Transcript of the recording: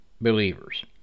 believers